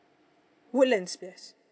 woodlands yes